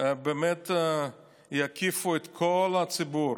באמת יקיפו את כל הציבור,